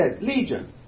Legion